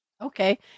Okay